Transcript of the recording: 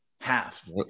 half